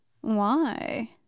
Why